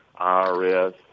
IRS